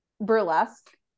Burlesque